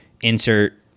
insert